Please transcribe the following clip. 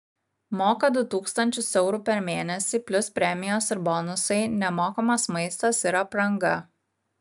moka du tūkstančius eurų per mėnesį plius premijos ir bonusai nemokamas maistas ir apranga